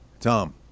Tom